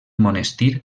monestir